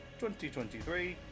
2023